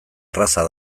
erraza